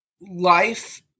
life